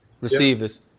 receivers